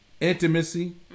intimacy